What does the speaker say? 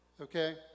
Okay